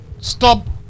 stop